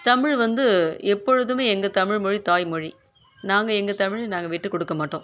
தமிழ் வந்து எப்பொழுதுமே எங்கள் தமிழ் மொழி தாய் மொழி நாங்கள் எங்கள் தமிழை நாங்கள் விட்டுக்கொடுக்க மாட்டோம்